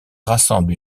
rassemble